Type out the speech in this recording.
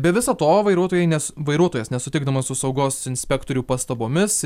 be viso to vairuotojai nes vairuotojas nesutikdamas su saugos inspektorių pastabomis